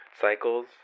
cycles